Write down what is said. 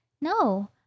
No